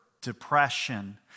depression